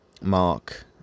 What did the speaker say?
Mark